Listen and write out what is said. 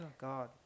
god